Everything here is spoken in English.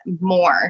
more